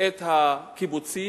את הקיבוצים,